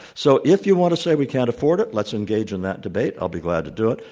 so, if you want to say we can't afford it, let's engage in that debate. i'll be glad to do it.